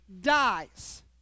dies